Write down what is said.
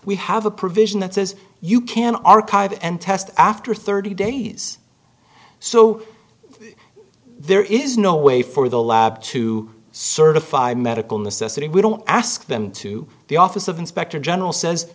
we have a provision that says you can archive and test after thirty days so there is no way for the lab to certify medical necessity we don't ask them to the office of inspector general says